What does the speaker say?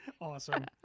Awesome